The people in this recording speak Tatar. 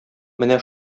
менә